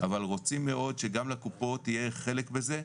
אבל רוצים מאוד שגם לקופות יהיה חלק בזה,